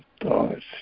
thoughts